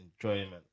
enjoyment